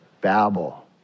Babel